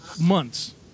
months